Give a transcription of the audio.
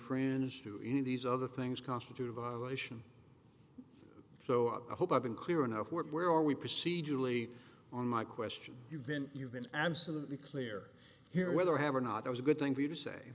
friends to any of these other things constitute a violation so i hope i've been clear enough where where are we procedurally on my question you've been you've been absolutely clear here whether have or not it was a good thing